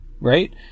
right